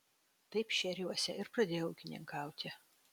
taip šėriuose ir pradėjau ūkininkauti